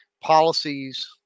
policies